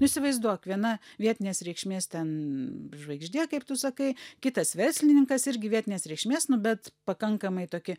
įsivaizduok viena vietinės reikšmės ten žvaigždė kaip tu sakai kitas verslininkas irgi vietinės reikšmės nu bet pakankamai toki